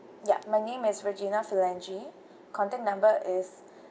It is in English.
yup my name is regina phalange contact number is